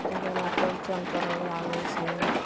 जेना चौरचन पर्व आबय छै